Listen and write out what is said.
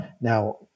Now